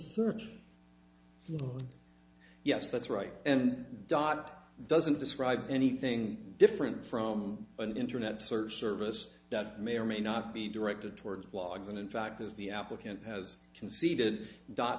search yes that's right and dot doesn't describe anything different from an internet search service that may or may not be directed towards blogs and in fact as the applicant has conceded dot